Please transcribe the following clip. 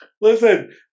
Listen